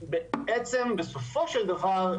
בעצם בסופו של דבר,